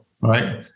right